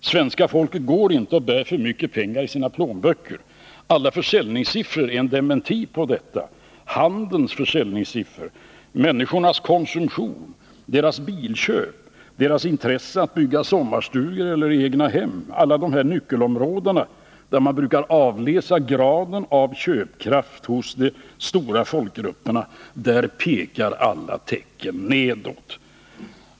Svenska folket går inte och bär för mycket pengar i sina plånböcker. Alla försäljningssiffror är en dementi på detta. Handelns försäljningssiffror, människornas konsumtion, deras bilköp, deras intresse att bygga sommarstugor eller egnahem — inom alla dessa nyckelområden där man avläser graden av köpkraft hos de stora folkgrupperna pekar alla tecken neråt.